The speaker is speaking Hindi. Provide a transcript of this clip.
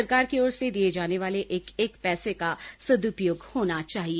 सरकार की ओर से दिए जाने वाले एक एक पैसे का सदुपयोग होना चाहिए